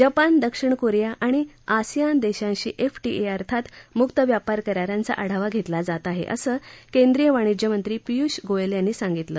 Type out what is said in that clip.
Japan दक्षिण Korea आणि ASEAN देशांशी एफटीए अर्थात मुक्त व्यापार करारांचा आढावा घेतला जात आहे असं केंद्रीय वाणिज्यमंत्री पियुष गोयल यांनी सांगितलं